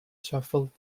shuffled